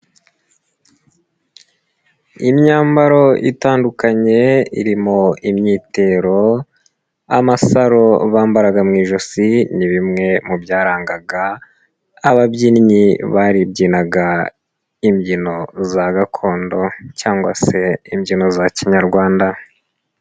Imyambaro itandukanye irimo imyitero, amasaro bambaraga mu ijosi ni bimwe mu byarangaga ababyinnyi baribyinaga imbyino za gakondo cyangwa se imbyino za kinyarwanda.